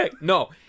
No